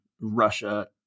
Russia